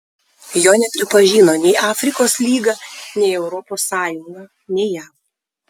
jo nepripažino nei afrikos lyga nei europos sąjunga nei jav